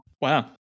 Wow